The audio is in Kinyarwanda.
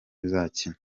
uzakina